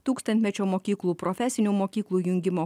tūkstantmečio mokyklų profesinių mokyklų jungimo